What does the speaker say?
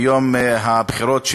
ביום הבחירות,